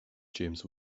james